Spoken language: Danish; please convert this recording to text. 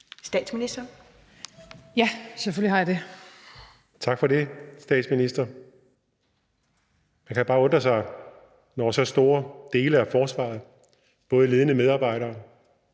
Lars Christian Lilleholt (V): Tak for det, statsminister. Man kan bare undre sig, når så store dele af forsvaret, både ledende medarbejdere,